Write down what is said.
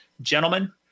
gentlemen